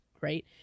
right